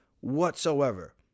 whatsoever